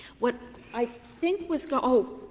what i think was oh,